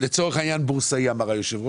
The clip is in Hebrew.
לצורך העניין בורסאי אמר יושב הראש.